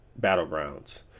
battlegrounds